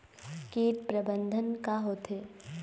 कीट प्रबंधन का होथे?